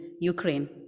Ukraine